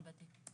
רבתי.